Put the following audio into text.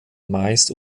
meist